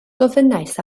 gofynnais